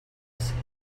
schedule